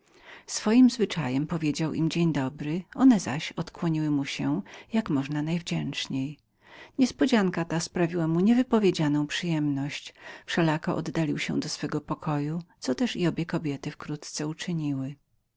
balkonie swoim zwyczajem powiedział im dzień dobry one zaś odkłoniły mu się jak można najwdzięczniej niespodzianka ta sprawiła mu niewypowiedzianą przyjemność wszelako oddalił się do swego pokoju co też i obie kobiety wkrótce uczyniły